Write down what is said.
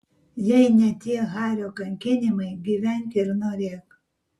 jei ne tie hario kankinimai gyvenk ir norėk